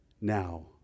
now